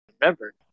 remember